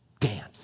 dance